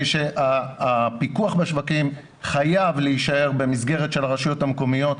שהפיקוח בשווקים חייב להישאר במסגרת של הרשויות המקומיות.